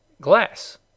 glass